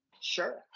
Sure